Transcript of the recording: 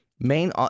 Main